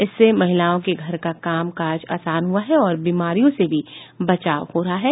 इससे महिलाओं के घर का काम काज आसान हुआ है और बीमारियों से भी बचाव हो रहा है